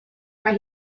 mae